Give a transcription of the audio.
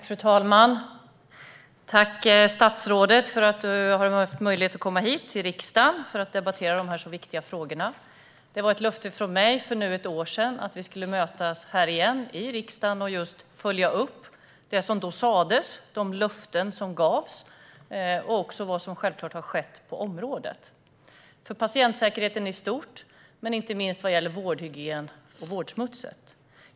Fru talman! Tack, statsrådet, för att du hade möjlighet att komma hit till riksdagen och debattera dessa viktiga frågor! Jag gav ett löfte för ett år sedan att vi skulle mötas här i riksdagen igen och följa upp det som då sas, de löften som gavs och självklart vad som har skett på området för patientsäkerheten i stort och inte minst för vårdhygien och vårdsmuts.